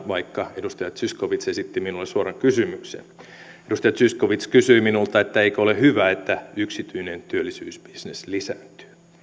vaikka edustaja zyskowicz esitti minulle suoran kysymyksen edustaja zyskowicz kysyi minulta että eikö ole hyvä että yksityinen työllisyysbisnes lisääntyy